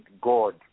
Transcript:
God